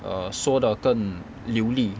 err 说得更流利